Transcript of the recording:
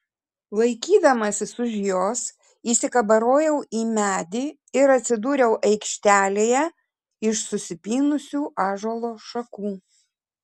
laikydamasis už jos įsikabarojau į medį ir atsidūriau aikštelėje iš susipynusių ąžuolo šakų